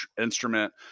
instrument